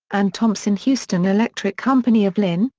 and thomson-houston electric company of lynn,